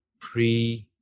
pre